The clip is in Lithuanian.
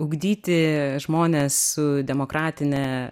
ugdyti žmones su demokratine